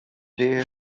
there